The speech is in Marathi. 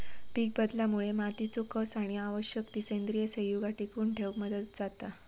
पीकबदलामुळे मातीचो कस आणि आवश्यक ती सेंद्रिय संयुगा टिकवन ठेवक मदत जाता